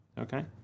Okay